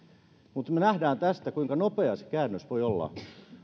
me näemme tästä kuinka nopea käännös voi olla